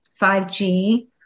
5G